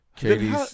Katie's